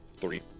Three